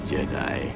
Jedi